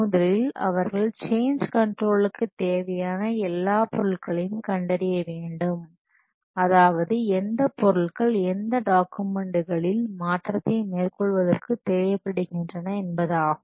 முதலில் அவர்கள் சேஞ்ச் கண்ட்ரோலுக்கு தேவையான எல்லாப் பொருட்களையும் கண்டறிய வேண்டும் அதாவது எந்த பொருள்கள் எந்த டாக்குமெண்ட்டுகளில் மாற்றத்தை மேற்கொள்வதற்கு தேவைப்படுகின்றன என்பதாகும்